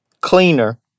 cleaner